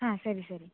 ಹಾಂ ಸರಿ ಸರಿ